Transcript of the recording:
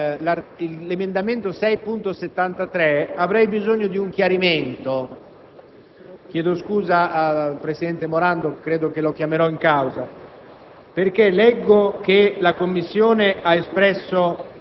Per quanto riguarda l'emendamento 6.73 (testo 2) avrei bisogno di un chiarimento e chiedo scusa al presidente Morando, che credo chiamerò in causa.